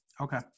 Okay